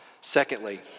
Secondly